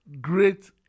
great